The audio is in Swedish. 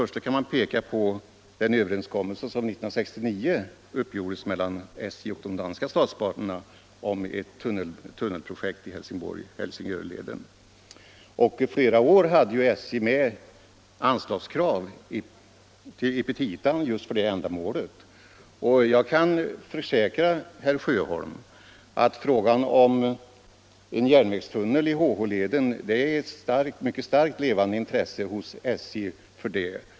Jag kan peka på överenskommelsen mellan SJ och de danska statsbanorna år 1969 om en HH-tunnel. I flera år hade SJ med anslagskrav i sina petita just för det ändamålet. Jag kan försäkra herr Sjöholm om att det finns ett mycket starkt och levande intresse hos SJ för en HH-tunnel för järnvägstrafik.